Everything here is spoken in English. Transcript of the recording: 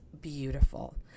beautiful